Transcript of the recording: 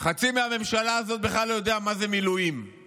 חצי מהממשלה הזאת בכלל לא יודע מה זה מילואים, אני